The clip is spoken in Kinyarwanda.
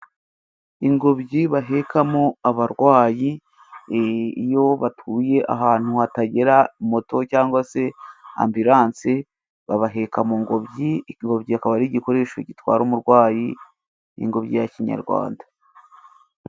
Ingobyi bahekamo abarwayi iyo batuye ahantu hatagera moto cyangwa se ambilanse babaheka mu ngobyi , ingobyi akaba ari igikoresho gitwara umurwayi , ingobyi ya Kinyarwanda.